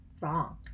wrong